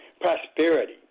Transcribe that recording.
prosperity